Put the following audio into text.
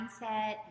mindset